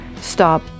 stop